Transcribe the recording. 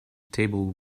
table